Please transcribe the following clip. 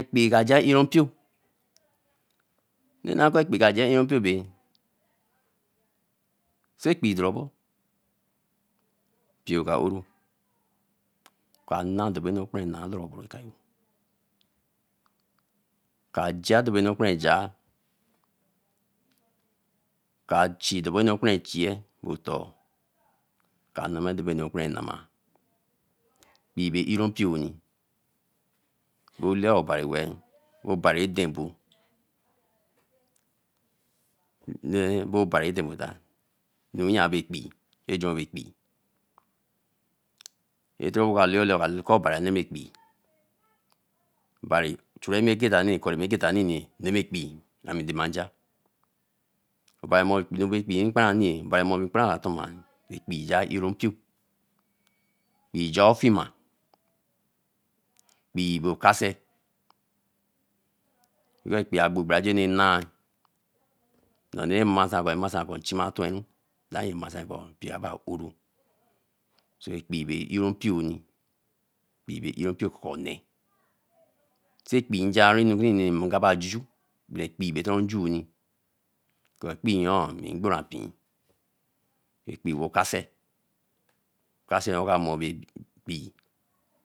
Ekpii ka ja yoro mpio ba lama kor ekpii ka ja yoro mpio bae sai kpii dorobo mpio yo ka oro ka na dobonu rai kpan nah okayo, ka ja karebe nu ra kpan jah. Ka chi krabenu ra kparan chieeh otor, ka na ma krabenu ra kparan nama, kpii be oro mpio niee, bo lae obari weeh, obari ra deh abo, ajura kpa, oko obari neemi ekpii obari churimi egeta nini, nami ekpee ami danunja. ekpee bey oro mpio ekpee bey oro mpio oko ko nee, say kpee njiari anu noor in gaba juju, but kpee bay na rae nju nee ko ekpee yoo abora mpee, ekpee wo okai se